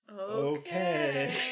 okay